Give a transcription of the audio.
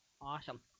Awesome